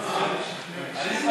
לחינוך